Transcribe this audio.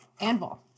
Anvil